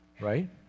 right